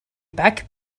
back